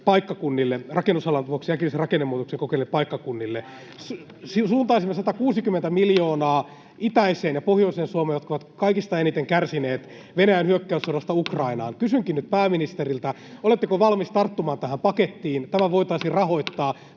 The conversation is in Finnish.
rakennusalan vuoksi äkillisen rakennemuutoksen kokeneille paikkakunnille. Suuntaisimme 160 miljoonaa itäiseen ja pohjoiseen Suomeen, jotka ovat kaikista eniten kärsineet Venäjän hyökkäyssodasta Ukrainaan. Kysynkin nyt pääministeriltä: oletteko valmis tarttumaan tähän pakettiin? [Jenna Simula: